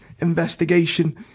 investigation